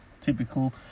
typical